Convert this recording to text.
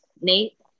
Nate